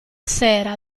sera